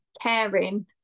caring